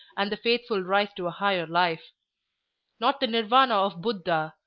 and the faithful rise to a higher life not the nirvana of buddha,